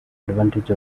advantage